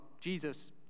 Jesus